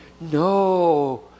No